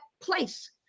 place